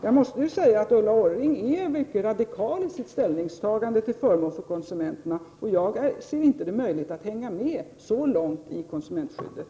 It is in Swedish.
Jag måste säga att Ulla Orring är mycket radikal i sitt ställningstagande till förmån för konsumenterna. Jag ser inte någon möjlighet att hänga med så långt i konsumentskyddet.